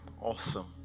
awesome